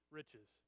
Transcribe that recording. riches